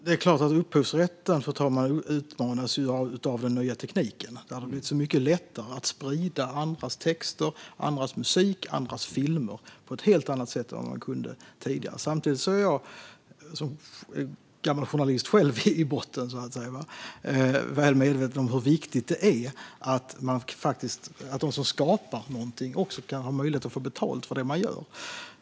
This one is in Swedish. Fru talman! Det är klart att upphovsrätten utmanas av den nya tekniken. Det har blivit så mycket lättare att sprida andras texter, andras musik och andras filmer än vad som var fallet tidigare. Samtidigt är jag som gammal journalist väl medveten om hur viktigt det är att de som skapar något också kan få betalt för det de gör.